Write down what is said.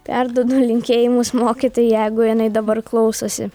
perduodu linkėjimus mokytojai jeigu jinai dabar klausosi